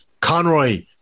Conroy